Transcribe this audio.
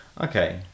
okay